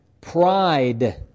pride